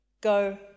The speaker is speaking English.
go